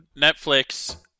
Netflix